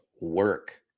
work